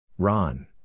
Ron